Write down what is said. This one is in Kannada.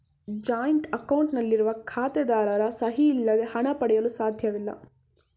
ಜಾಯಿನ್ಟ್ ಅಕೌಂಟ್ ನಲ್ಲಿರುವ ಖಾತೆದಾರರ ಸಹಿ ಇಲ್ಲದೆ ಹಣ ಪಡೆಯಲು ಸಾಧ್ಯವಿಲ್ಲ